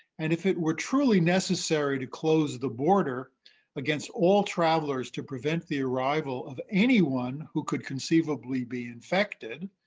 and if it were truly necessary to close the border against all travelers to prevent the arrival of anyone who could conceivably be infected,